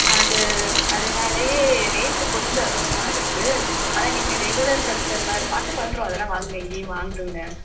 அது அதுனாலேயே ரேட்டு கொஞ்சம் அதிகமாக இருக்குது ஆனால் நீங்கள் ரெகுலர் கஸ்டமர் பார்த்து பண்ணுறோம் அதெலாம் வாங்க இங்கேயே வாங்குங்க